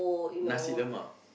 nasi-lemak